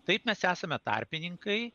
taip mes esame tarpininkai